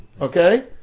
Okay